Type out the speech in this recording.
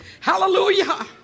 Hallelujah